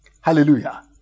Hallelujah